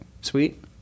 Sweet